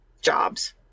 jobs